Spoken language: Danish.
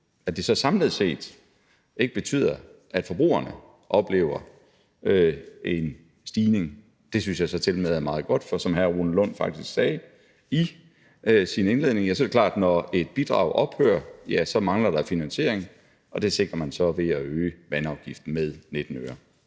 At det så samlet set ikke betyder, at forbrugerne oplever en stigning, synes jeg så tilmed er meget godt, for som hr. Rune Lund faktisk sagde i sin ordførertale, så er det klart, at når et bidrag ophører, så mangler der finansiering, og det sikrer man så ved at øge vandafgiften med 19 øre.